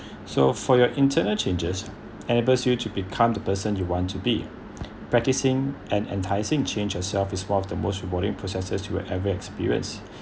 so for your internal changes enables you to become the person you want to be practising and enticing change yourself is one of the most rewarding processes you will ever experience